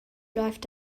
läuft